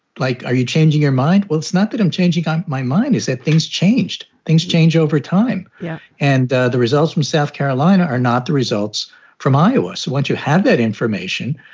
like, are you changing your mind? well, it's not that i'm changing on my mind is that things changed. things change over time. yeah and the the results from south carolina are not the results from iowa so once you have that information,